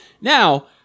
now